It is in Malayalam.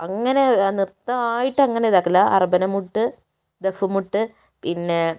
അങ്ങനെ നൃത്തം ആയിട്ട് അങ്ങനെ ഇത് ആക്കില്ല അറബന മുട്ട് ദഫ് മുട്ട് പിന്നെ